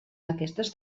aquestes